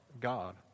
God